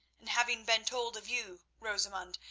and having been told of you, rosamund,